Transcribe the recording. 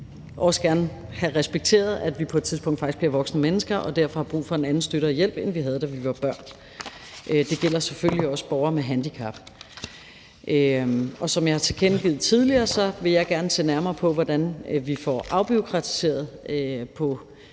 af os også gerne vil have respekteret, at vi på et tidspunkt faktisk bliver voksne mennesker og derfor har brug for en anden støtte og hjælp, end vi havde, da vi var børn. Det gælder selvfølgelig også borgere med handicap. Som jeg har tilkendegivet tidligere, vil jeg gerne se nærmere på, hvordan vi får afbureaukratiseret på